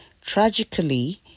Tragically